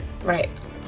right